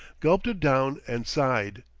gulped it down, and sighed.